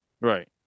Right